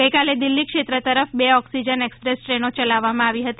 ગઈકાલે દિલ્હી ક્ષેત્ર તરફ બે ઓક્સિજન એક્સપ્રેસ ટ્રેનો ચલાવવામાં આવી હતી